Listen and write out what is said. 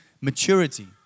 maturity